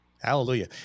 Hallelujah